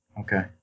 Okay